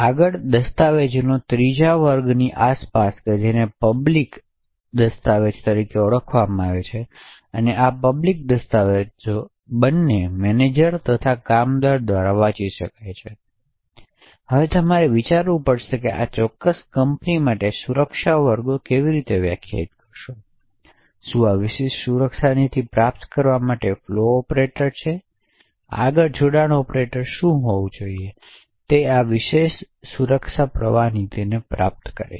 આગળ દસ્તાવેજોના ત્રીજા વર્ગની આસપાસ કે જેને પબ્લિક દસ્તાવેજો તરીકે ઓળખવામાં આવે છે તેથી આ પબ્લિક દસ્તાવેજો બંને મેનેજરો તેમજ કામદારો દ્વારા વાંચી શકાય છે હવે તમારે વિચારવું પડશે કે તમે આ ચોક્કસ કંપની માટે સુરક્ષા વર્ગો કેવી રીતે વ્યાખ્યાયિત કરશો શું આ વિશિષ્ટ સુરક્ષા નીતિ પ્રાપ્ત કરવા માટે ફ્લો ઓપરેટર છે આગળ જોડાણ ઓપરેટર શું હોવું જોઈએ તે આ વિશેષ સુરક્ષા પ્રવાહ નીતિને પ્રાપ્ત કરે છે